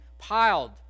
piled